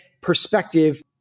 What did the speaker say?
perspective